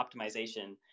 optimization